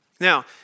Now